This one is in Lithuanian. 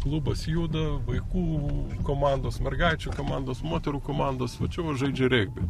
klubas juda vaikų komandos mergaičių komandos moterų komandos va čia va žaidžia regbį